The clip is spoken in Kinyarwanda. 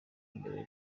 mbere